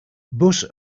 bus